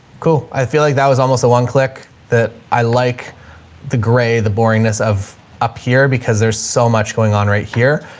cool. i feel like that was almost a one click that i like the gray, the boringness of up here because there's so much going on right here.